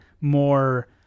more